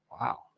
Wow